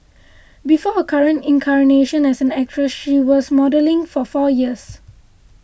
before her current incarnation as actress she was modelling for four years